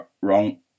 wrong